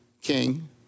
King